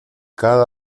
cada